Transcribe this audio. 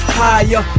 higher